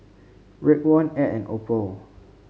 Raekwon Ed and Opal